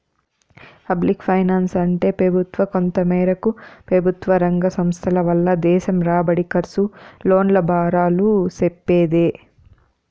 public ఫైనాన్సంటే పెబుత్వ, కొంతమేరకు పెబుత్వరంగ సంస్థల వల్ల దేశం రాబడి, కర్సు, లోన్ల బారాలు సెప్పేదే